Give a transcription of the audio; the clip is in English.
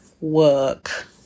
work